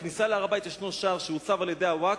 בכניסה להר-הבית יש שער שהוסב על-ידי הווקף,